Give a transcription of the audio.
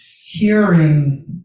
hearing